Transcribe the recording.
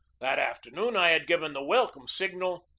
that after noon i had given the welcome signal,